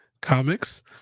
comics